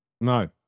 No